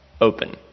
open